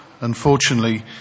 unfortunately